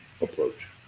approach